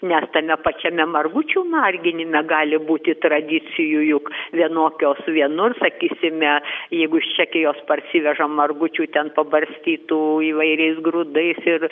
nes tame pačiame margučių marginime gali būti tradicijų juk vienokios vienur sakysime jeigu iš čekijos parsiveža margučių ten pabarstytų įvairiais grūdais ir